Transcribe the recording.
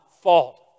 fault